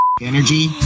energy